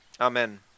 Amen